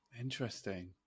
Interesting